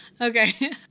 Okay